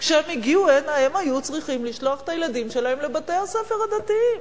כשהם הגיעו הנה הם היו צריכים לשלוח את הילדים שלהם לבתי-הספר הדתיים.